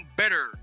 better